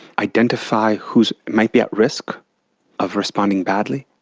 identify who might be at risk of responding badly.